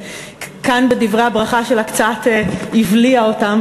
שכאן בדברי הברכה שלה קצת הבליעה אותן,